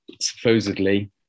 supposedly